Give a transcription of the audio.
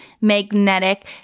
magnetic